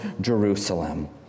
Jerusalem